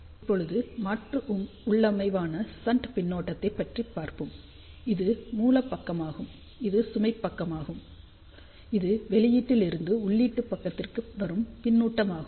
இப்போழுது மாற்று உள்ளமைவான ஷன்ட் பின்னூட்டத்தைப் பற்றி பார்ப்போம் இது மூலப் பக்கமாகும் இது சுமை பக்கமாகும் இது வெளியீட்டில் இருந்து உள்ளீட்டு பக்கத்திற்கு வரும் பின்னூட்டமாகும்